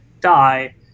die